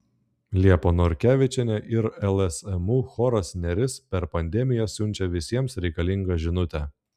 liepa norkevičienė ir lsmu choras neris per pandemiją siunčia visiems reikalingą žinutę